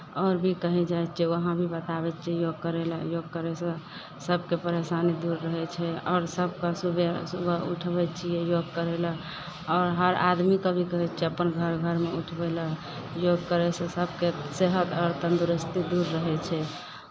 आओर भी कहीँ जाइ छियै वहाँ भी बताबै छियै योग करय लेल योग करयसँ सभकेँ परेशानी दूर रहै छै आओर सभके सुबे सुबह उठबै छियै योग करय लेल आओर हर आदमीके भी कहै छियै अपन घर घरमे उठबै लए योग करयसँ सभके सेहत आओर तन्दुरुस्ती दूर रहै छै